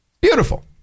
Beautiful